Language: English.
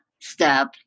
step